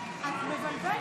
אני קובע כי